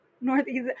northeast